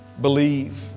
believe